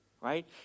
right